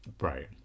Right